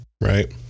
Right